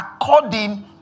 according